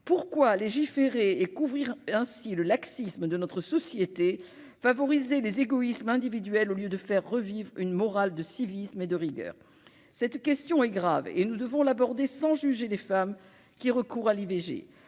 Pourquoi légiférer et couvrir ainsi le laxisme de notre société, favoriser les égoïsmes individuels au lieu de faire revivre une morale de civisme et de rigueur ?» Cette question est grave, et nous devons l'aborder sans juger les femmes qui recourent à l'IVG.